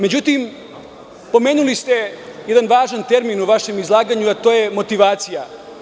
Pomenuli ste jedan važan termin u vašem izlaganju, a to je motivacija.